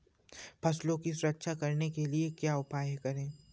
फसलों की सुरक्षा करने के लिए क्या उपाय करें?